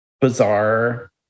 bizarre